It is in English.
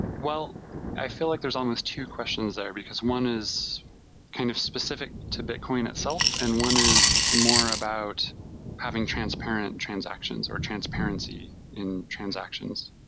i feel like there's almost two questions there, because one is kind of specific to bitcoin itself, and one is more about having transparent transactions, or transparency in transactions.